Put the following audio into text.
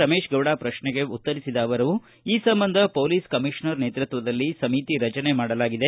ರಮೇಶ್ಗೌಡ ಪ್ರಶ್ನೆಗೆ ಉತ್ತರಿಸಿದ ಅವರು ಈ ಸಂಬಂಧ ಪೊಲೀಸ್ ಕಮಿಷನರ್ ನೇತೃತ್ವದಲ್ಲಿ ಸಮಿತಿ ರಚನೆ ಮಾಡಲಾಗಿದೆ